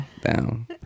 down